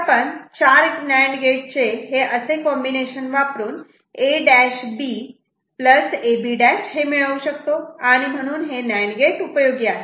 आपण चार NAND gate चे हे असे कॉम्बिनेशन वापरून A'B AB' हे मिळवू शकतो आणि म्हणून नांड गेट उपयोगी आहे